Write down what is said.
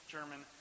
German